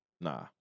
nah